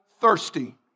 thirsty